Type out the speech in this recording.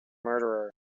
murderer